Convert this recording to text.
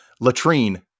Latrine